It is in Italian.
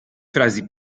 frasi